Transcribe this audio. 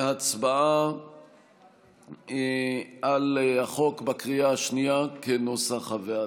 להצבעה על החוק בקריאה השנייה כנוסח הוועדה.